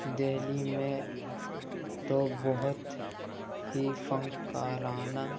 دہلی میں تو بہت ہی فنکارانہ